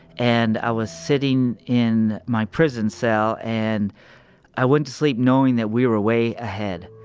and i was sitting in my prison cell, and i went to sleep knowing that we were way ahead,